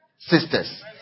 sisters